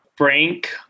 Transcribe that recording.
Frank